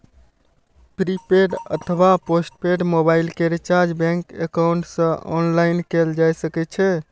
prepaid अथवा postpaid mobile के recharge bank account सं ऑनलाइन कैल जा सकै छै